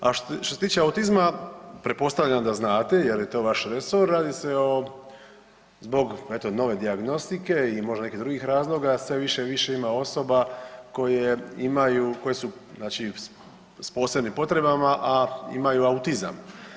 A što se tiče autizma, pretpostavljam da znate jer je to vaš resor, radi se zbog nove dijagnostike i možda nekih drugih razloga, sve više i više ima osoba koje imaju koje su s posebnim potrebama, a imaju autizam.